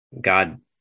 God